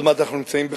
עוד מעט חנוכה,